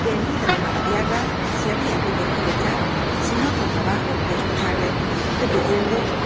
que en vida de madariaga se había enriquecido ya sin otro trabajo que escucharle repitiendo